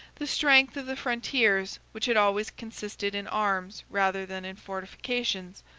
the strength of the frontiers, which had always consisted in arms rather than in fortifications,